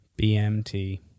BMT